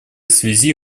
связи